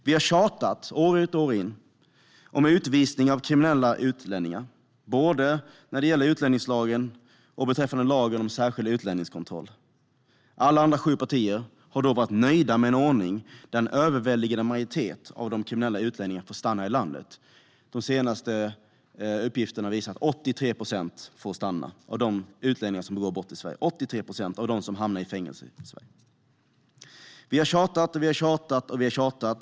År ut och år in har vi tjatat om utvisning av kriminella utlänningar, både genom utlänningslagen och lagen om särskild utlänningskontroll. Alla andra sju partier har varit nöjda med en ordning där en överväldigande majoritet av de kriminella utlänningarna får stanna i landet. De senaste uppgifterna visar att 83 procent av de utlänningar som begår brott och hamnar i fängelse i Sverige får stanna. Vi har tjatat och tjatat och tjatat.